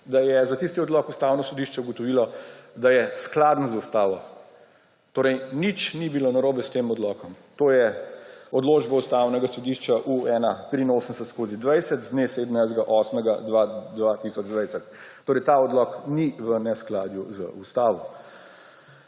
da je za tisti odlok Ustavno sodišče ugotovilo, da je skladen z ustavo. Torej nič ni bilo narobe s tem odlokom. To je odločba Ustavnega sodišča U1-83/20 z dne 17. 8. 2020. Torej ta odlok ni v neskladju z ustavo.